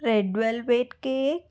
red velvet cake